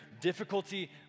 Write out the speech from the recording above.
difficulty